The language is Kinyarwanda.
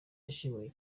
yashimiwe